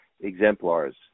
exemplars